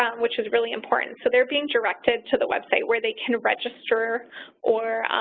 um which is really important. so they're being directed to the website where they can register or